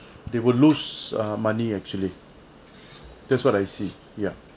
they will lose uh money actually that's what I see ya